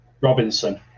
Robinson